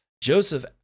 Joseph